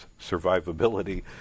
survivability